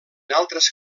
altres